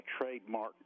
trademark